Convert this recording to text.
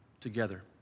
together